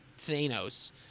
Thanos